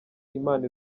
imana